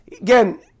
again